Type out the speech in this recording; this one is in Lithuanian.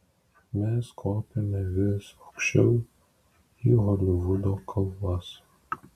mes kopėme vis aukščiau į holivudo kalvas